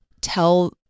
tell